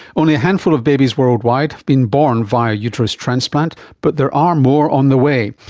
only a handful of babies worldwide have been born via uterus transplant, but there are more on the way.